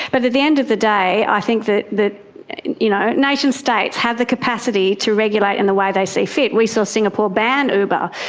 but at the end of the day i think that you know nation states have the capacity to regulate in the way they see fit. we saw singapore ban uber.